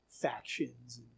factions